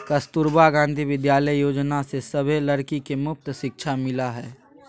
कस्तूरबा गांधी विद्यालय योजना से सभे लड़की के मुफ्त शिक्षा मिला हई